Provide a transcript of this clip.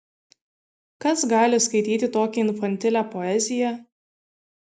kas gali skaityti tokią infantilią poeziją